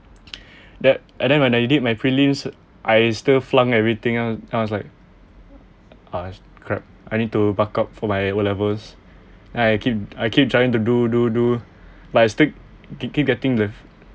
that and then when I did my prelims I still flunk everything else I was like ah crap I need to buckup for my o levels then I keep I keep trying to do do do like I still keep getting the